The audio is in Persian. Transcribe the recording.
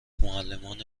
معلمان